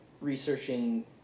researching